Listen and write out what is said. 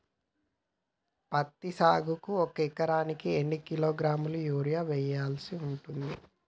పత్తి సాగుకు ఒక ఎకరానికి ఎన్ని కిలోగ్రాముల యూరియా వెయ్యాల్సి ఉంటది?